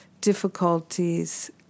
difficulties